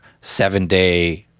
seven-day